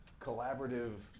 collaborative